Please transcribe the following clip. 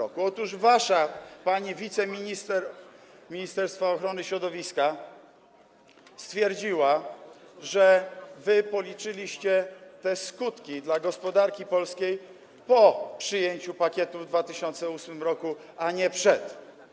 Otóż wasza pani wiceminister z Ministerstwa Środowiska stwierdziła, że policzyliście te skutki dla gospodarki polskiej po przyjęciu pakietu w 2008 r., a nie przed.